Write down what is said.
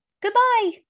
goodbye